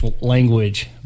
language